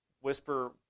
whisper